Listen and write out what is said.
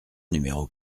numéro